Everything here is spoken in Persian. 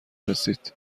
رسید